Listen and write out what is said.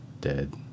dead